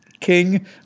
King